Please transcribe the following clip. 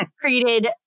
created